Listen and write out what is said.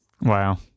Wow